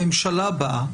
הממשלה באה,